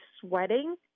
sweating